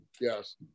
yes